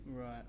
Right